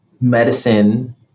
medicine